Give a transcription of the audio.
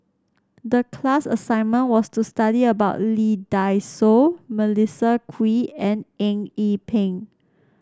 the class assignment was to study about Lee Dai Soh Melissa Kwee and Eng Yee Peng